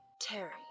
Terry